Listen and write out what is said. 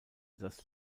das